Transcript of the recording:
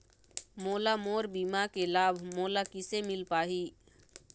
मोला मोर बीमा के लाभ मोला किसे मिल पाही?